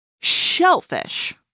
Shellfish